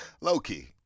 low-key